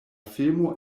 filmo